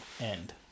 end